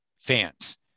fans